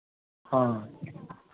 हँ